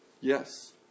Yes